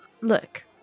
Look